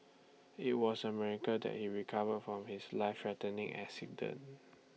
IT was A miracle that he recovered from his life threatening accident